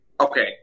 Okay